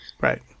Right